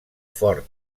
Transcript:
fort